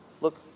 look